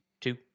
two